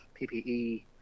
PPE